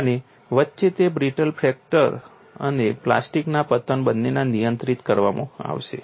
અને વચ્ચે તે બ્રિટલ ફ્રેક્ચર અને પ્લાસ્ટિકના પતન બંને દ્વારા નિયંત્રિત કરવામાં આવશે